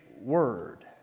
word